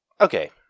Okay